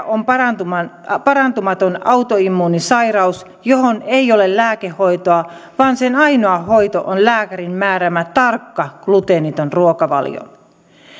on parantumaton autoimmuunisairaus johon ei ole lääkehoitoa vaan sen ainoa hoito on lääkärin määräämä tarkka gluteeniton ruokavalio